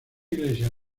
iglesia